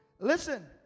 Listen